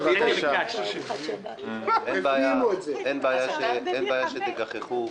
אין בעיה שתגחכו,